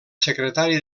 secretari